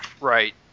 Right